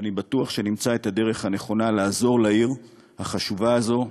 ואני בטוח שנמצא את הדרך הנכונה לעזור לעיר החשובה הזאת.